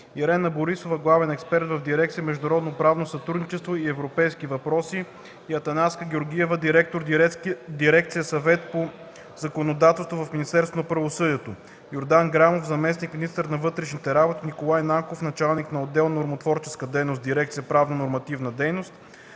Ирена Борисова – главен експерт в дирекция „Международно правно сътрудничество и европейски въпроси”, и Атанаска Георгиева – директор на дирекция „Съвет по законодателство” в Министерството на правосъдието, Йордан Грамов – заместник-министър на вътрешните работи, Николай Нанков – началник на отдел „Нормотворческа дейност”, дирекция „Правнонормативна дейност”,